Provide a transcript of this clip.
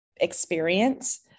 experience